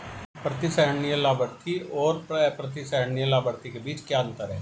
प्रतिसंहरणीय लाभार्थी और अप्रतिसंहरणीय लाभार्थी के बीच क्या अंतर है?